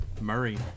Murray